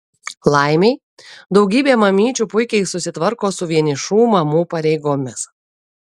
laimei daugybė mamyčių puikiai susitvarko su vienišų mamų pareigomis